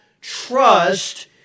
trust